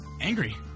angry